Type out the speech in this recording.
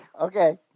Okay